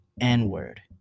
N-word